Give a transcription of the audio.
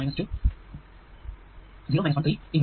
resistance matrix എന്നത് കിലോΩ kilo Ω ആണ്